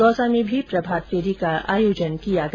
दौसा में भी प्रभातफेरी का आयोजन किया गया